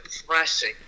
depressing